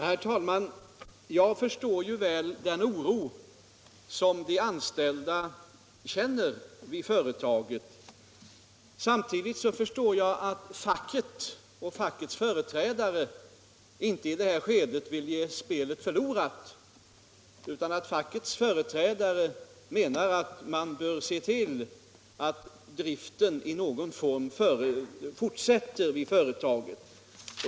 Herr talman! Jag förstår väl den oro som de anställda vid företaget känner. Samtidigt förstår jag att fackets företrädare inte i det här skedet vill ge spelet förlorat utan menar att man bör se till, att driften i någon form fortsätter vid företaget.